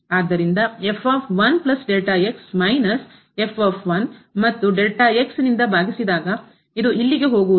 ಆದ್ದರಿಂದ ಮೈನಸ್ ಮತ್ತು ಭಾಗಿಸಿದಾಗ ಇದು ಇಲ್ಲಿಗೆ ಹೋಗುವುದಿಲ್ಲ